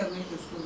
nonsense